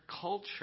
culture